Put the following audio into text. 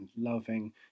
loving